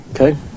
Okay